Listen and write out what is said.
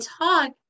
talk